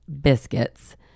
biscuits